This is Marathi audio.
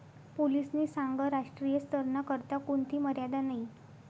पोलीसनी सांगं राष्ट्रीय स्तरना करता कोणथी मर्यादा नयी